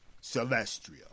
celestial